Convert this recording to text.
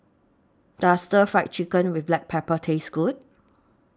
Does Stir Fry Chicken with Black Pepper Taste Good